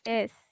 Yes